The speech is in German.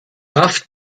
kraft